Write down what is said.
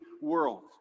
world